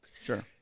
Sure